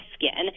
skin